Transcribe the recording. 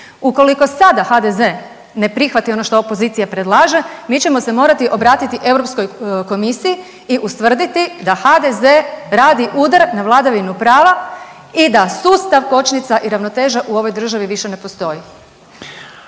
Ukoliko sada HDZ ne prihvati ono što opozicija predlaže, mi ćemo se morati obratiti Europskoj komisiji i ustvrditi da HDZ radi udar na vladavinu prava i da sustav kočnica i ravnoteža u ovoj državi više ne postoji.